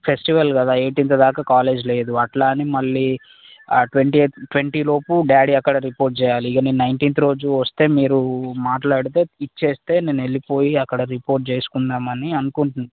festival కదా eighteenth దాకా college లేదు అట్లా అని మళ్ళీ ట్వంటి ట్వంటీలోపు డాడీ అక్కడ రిపోర్ట్ చేయాలి నేను నైన్టీన్త్ రోజు వస్తే మీరు మాట్లాడితే ఇస్తే నేను వెళ్ళిపోయి అక్కడ రిపోర్ట్ చేసుకుందామని అనుకుంటున్నాను